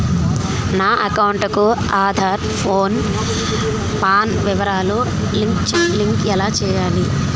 నా అకౌంట్ కు ఆధార్, పాన్ వివరాలు లంకె ఎలా చేయాలి?